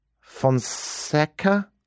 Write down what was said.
Fonseca